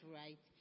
right